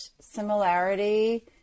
similarity